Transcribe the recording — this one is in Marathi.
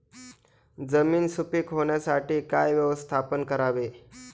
जमीन सुपीक होण्यासाठी काय व्यवस्थापन करावे?